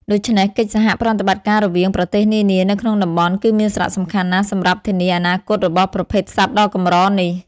ដូច្នេះ កិច្ចសហប្រតិបត្តិការរវាងប្រទេសនានា នៅក្នុងតំបន់គឺមានសារៈសំខាន់ណាស់សម្រាប់ធានាអនាគតរបស់ប្រភេទសត្វដ៏កម្រនេះ។